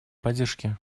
поддержки